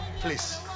Please